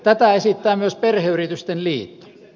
tätä esittää myös perheyritysten liitto